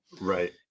right